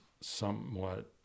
somewhat